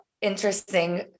interesting